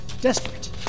Desperate